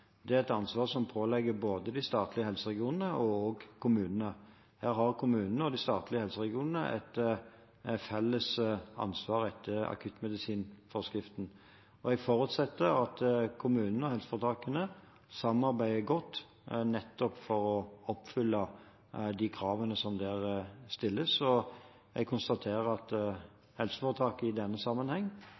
Det er et ansvar som påhviler både de statlige helseregionene og kommunene. Her har kommunene og de statlige helseregionene et felles ansvar etter akuttmedisinforskriften. Jeg forutsetter at kommunene og helseforetakene samarbeider godt for nettopp å oppfylle de kravene som stilles der. Jeg konstaterer at helseforetaket i denne sammenheng